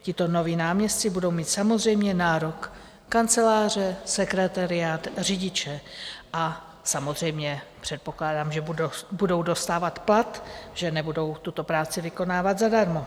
Tito noví náměstci budou mít samozřejmě nárok kanceláře, sekretariát, řidiče a samozřejmě předpokládám, že budou dostávat plat, že nebudou tuto práci vykonávat zadarmo.